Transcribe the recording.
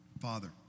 Father